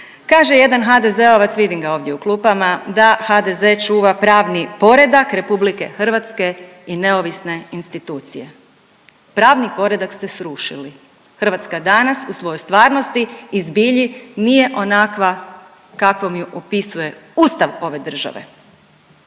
Kaže jedan HDZ-ovac vidim ga ovdje u klupama, da HDZ čuva pravni poredak RH i neovisne institucije. Pravni poredak ste srušili Hrvatska danas u svojoj stvarnosti i zbilji nije onakva kakvom je opsuje Ustav ove države.